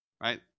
right